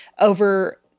over